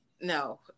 No